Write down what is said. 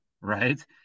right